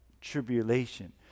Tribulation